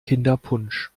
kinderpunsch